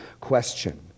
question